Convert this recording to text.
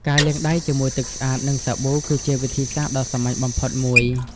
ការលាងដៃជាមួយទឹកស្អាត និងសាប៊ូ គឺជាវិធីសាស្ត្រដ៏សាមញ្ញបំផុតមួយ។